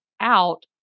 out